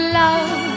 love